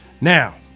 now